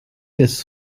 des